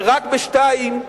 ורק בשתיים,